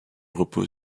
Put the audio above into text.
repose